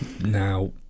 Now